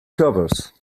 covers